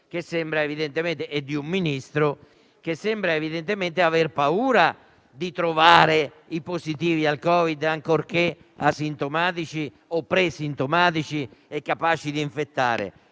e di un Ministro che sembra evidentemente aver paura di trovare i positivi al Covid, ancorché asintomatici o presintomatici, capaci comunque di infettare.